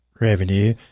revenue